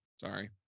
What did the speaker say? Sorry